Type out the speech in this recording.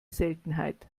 seltenheit